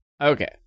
Okay